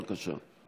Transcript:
בבקשה.